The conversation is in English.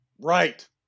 right